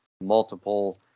multiple